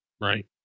Right